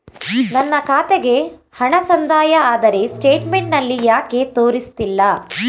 ನನ್ನ ಖಾತೆಗೆ ಹಣ ಸಂದಾಯ ಆದರೆ ಸ್ಟೇಟ್ಮೆಂಟ್ ನಲ್ಲಿ ಯಾಕೆ ತೋರಿಸುತ್ತಿಲ್ಲ?